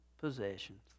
possessions